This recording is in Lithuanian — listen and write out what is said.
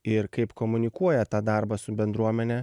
ir kaip komunikuoja tą darbą su bendruomene